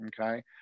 okay